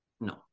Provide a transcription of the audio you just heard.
No